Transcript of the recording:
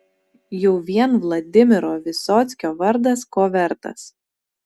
jau vien vladimiro vysockio vardas ko vertas